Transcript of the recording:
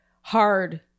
hard